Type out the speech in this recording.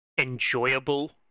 enjoyable